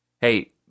hey